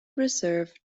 reserve